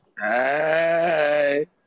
Hey